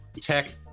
tech